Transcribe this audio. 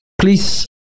please